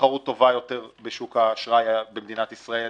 תחרות טובה יותר בשוק האשראי במדינת ישראל